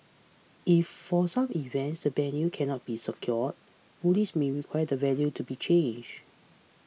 if for some events the venue cannot be secured police may require the venue to be changed